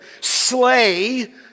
slay